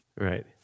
Right